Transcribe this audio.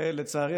לצערי,